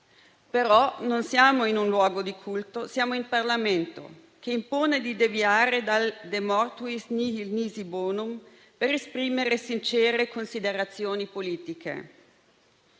ma non siamo in un luogo di culto: siamo in Parlamento, il che impone di deviare dal *de mortuis nihil nisi bonum* per esprimere sincere considerazioni politiche.